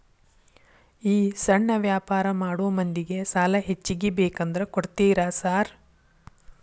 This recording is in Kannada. ಈ ಸಣ್ಣ ವ್ಯಾಪಾರ ಮಾಡೋ ಮಂದಿಗೆ ಸಾಲ ಹೆಚ್ಚಿಗಿ ಬೇಕಂದ್ರ ಕೊಡ್ತೇರಾ ಸಾರ್?